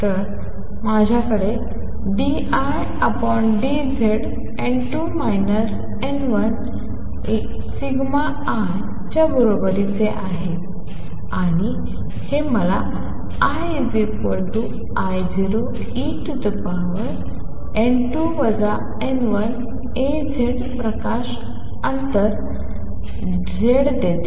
तर माझ्याकडे d I d Z n2 n1σI च्या बरोबरीचे आहे आणि हे मला I I0en2 n1σZप्रकाश प्रवास अंतर Z मध्ये देते